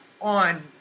on